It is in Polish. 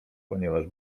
ponieważ